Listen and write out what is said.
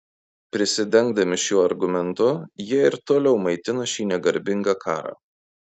prisidengdami šiuo argumentu jie ir toliau maitina šį negarbingą karą